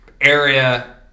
area